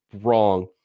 wrong